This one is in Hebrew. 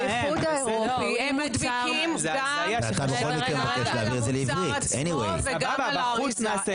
באיחוד האירופי מדביקים גם על המוצר עצמו וגם על האריזה.